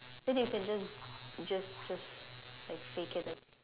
then you can just just just like fake it right